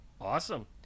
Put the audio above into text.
awesome